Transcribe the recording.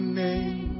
name